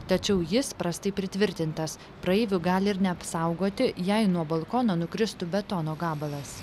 tačiau jis prastai pritvirtintas praeivių gali ir neapsaugoti jei nuo balkono nukristų betono gabalas